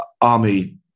army